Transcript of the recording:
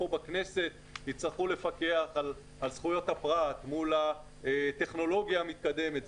בכנסת יצטרכו לפקח על זכויות הפרט מול הטכנולוגיה המתקדמת,